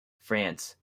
france